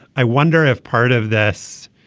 i wonder if part of this